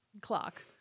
clock